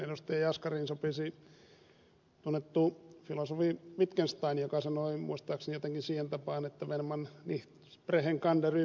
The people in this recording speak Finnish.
jaskariin sopisi tunnettu filosofi wittgenstein joka sanoi muistaakseni jotenkin siihen tapaan että wovon man nicht sprechen kann daruber muss man schweigen